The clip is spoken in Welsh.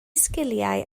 sgiliau